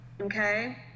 okay